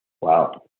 Wow